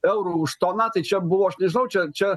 eurų už toną tai čia buvo aš nežinau čia čia